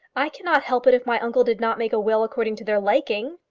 i cannot help it if my uncle did not make a will according to their liking.